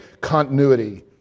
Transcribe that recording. continuity